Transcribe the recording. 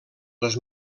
les